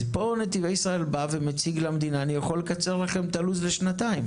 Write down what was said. פה נתיבי ישראל בא ומציג למדינה: אני יכול לקצר לכם את הלו"ז לשנתיים.